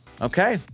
Okay